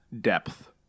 depth